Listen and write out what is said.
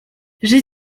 j’ai